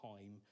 time